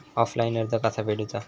Offline कर्ज कसा फेडूचा?